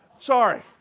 Sorry